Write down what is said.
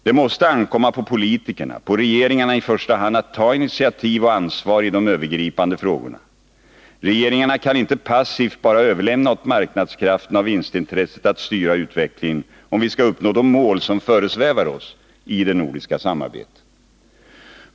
Det måste ankomma på politikerna, på regeringarna i första hand, att ta initiativ och ansvar i de övergripande frågorna. Regeringarna kan inte passivt bara överlämna åt marknadskrafterna och vinstintresset att styra utvecklingen om vi skall uppnå de mål som föresvävar oss i det nordiska samarbetet.